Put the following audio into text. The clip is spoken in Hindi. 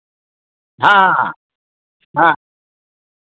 हाँ हाँ